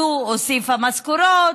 הכנסת הזאת הוסיפה משכורות,